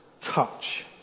touch